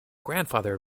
grandfather